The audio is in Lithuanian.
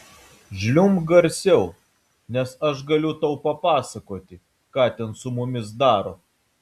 žliumbk garsiau nes aš galiu tau papasakoti ką ten su mumis daro